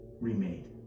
remade